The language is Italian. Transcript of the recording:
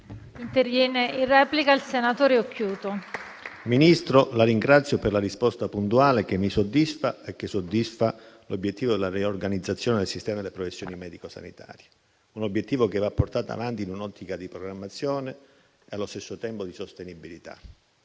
nuova finestra") *(FI-BP-PPE)*. Signor Ministro, la ringrazio per la risposta puntuale, che mi soddisfa e che soddisfa l'obiettivo della riorganizzazione del sistema delle professioni medico-sanitarie; un obiettivo che va portato avanti in un'ottica di programmazione e, allo stesso tempo, di sostenibilità,